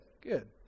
good